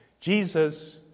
Jesus